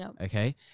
Okay